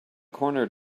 corner